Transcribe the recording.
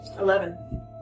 Eleven